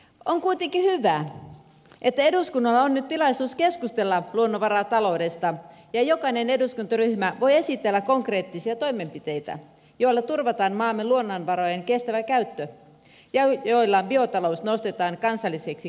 on kuitenkin hyvä että eduskunnalla on nyt tilaisuus keskustella luonnonvarataloudesta ja jokainen eduskuntaryhmä voi esitellä konkreettisia toimenpiteitä joilla turvataan maamme luonnonvarojen kestävä käyttö ja joilla biotalous nostetaan kansalliseksi kärkihankkeeksi